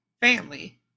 family